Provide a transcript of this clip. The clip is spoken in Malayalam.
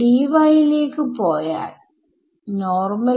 വിദ്യാർത്ഥി i വളരെ നല്ലത്